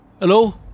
Hello